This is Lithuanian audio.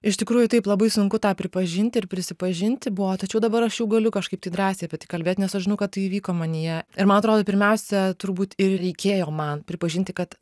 iš tikrųjų taip labai sunku tą pripažinti ir prisipažinti buvo tačiau dabar aš jau galiu kažkaip tai drąsiai apie tai kalbėt nes aš žinau kad tai įvyko manyje ir man atrodo pirmiausia turbūt ir reikėjo man pripažinti kad